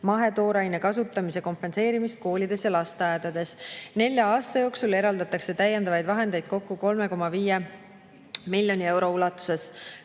mahetooraine kasutamise kompenseerimist koolides ja lasteaedades. Nelja aasta jooksul eraldatakse täiendavaid vahendeid kokku 3,5 miljoni euro ulatuses.